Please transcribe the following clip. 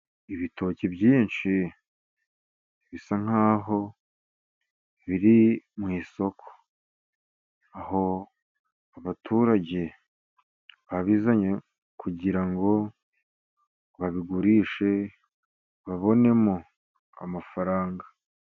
Ibitoki byinshi bisa nk'aho biri mu isoko, aho abaturage babizanye kugira ngo babigurishe babonemo amafaranga.